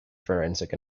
forensic